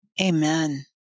amen